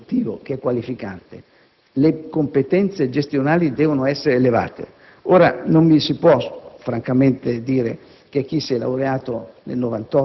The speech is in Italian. Lei, sottosegretario Bubbico, non ha mai menzionato questo aggettivo che è qualificante: le competenze gestionali devono essere elevate. Ora, non si può